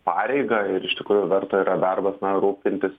pareigą ir iš tikrųjų verto yra darbas rūpintis